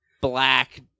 black